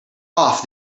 off